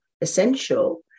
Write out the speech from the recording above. essential